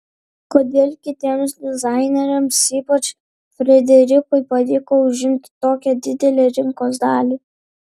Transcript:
kodėl kitiems dizaineriams ypač frederikui pavyko užimti tokią didelę rinkos dalį